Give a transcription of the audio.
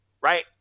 right